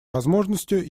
возможностью